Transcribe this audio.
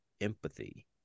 empathy